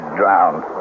drowned